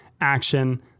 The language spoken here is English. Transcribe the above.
action